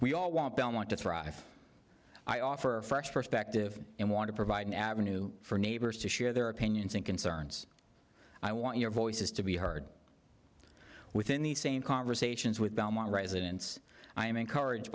we all want belmont to thrive i offer a fresh perspective and want to provide an avenue for neighbors to share their opinions and concerns i want your voices to be heard within the same conversations with belmont residents i am encouraged